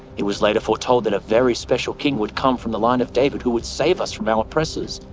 it was later foretold that a very special king would come from the line of david who would save us from our oppresses,